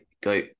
go